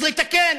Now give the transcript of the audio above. צריך לתקן.